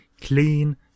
clean